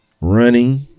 running